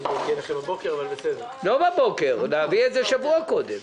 לא בבוקר, להביא את זה שבוע קודם.